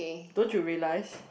don't you realise